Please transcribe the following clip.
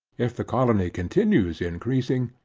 if the colony continues increasing,